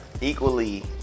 equally